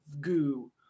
goo